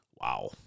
Wow